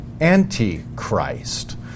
Antichrist